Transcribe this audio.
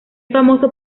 famoso